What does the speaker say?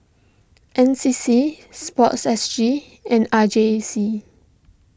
N C C Sport S G and R J C